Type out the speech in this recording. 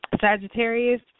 Sagittarius